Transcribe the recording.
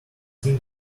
king